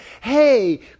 hey